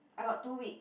I got two weeks